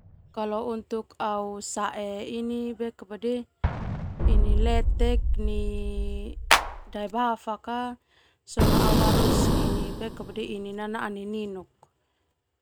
Kalau untuk au sae letek nai daebafak sona au harus neni nanaa nininuk.